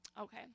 Okay